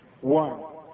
One